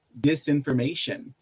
disinformation